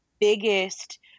biggest